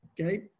okay